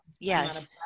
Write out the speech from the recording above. Yes